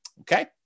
Okay